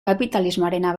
kapitalismoarena